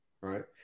Right